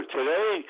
Today